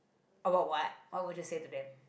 about what what would you say to them